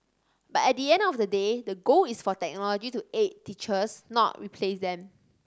but at the end of the day the goal is for technology to aid teachers not replace them